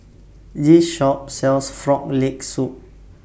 This Shop sells Frog Leg Soup